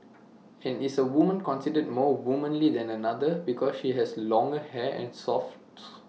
and is A woman considered more womanly than another because she has longer hair and softly